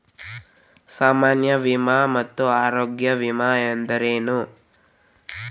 ಸಾಮಾನ್ಯ ವಿಮಾ ಮತ್ತ ಆರೋಗ್ಯ ವಿಮಾ ಅಂದ್ರೇನು?